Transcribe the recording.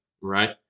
right